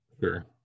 Sure